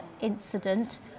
incident